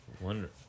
Wonderful